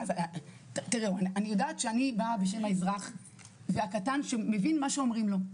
אני יודעת שאני באה בשם האזרח הקטן שמבין מה שאומרים לו.